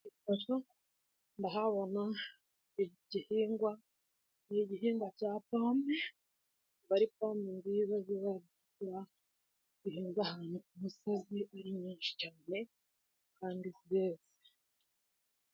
Ndahabona igihingwa ni igihingwa cya pome akaba Ari pome nziza zizakura zihinze ahantu ku misozizi ari nyinshi cyane kandi zeze.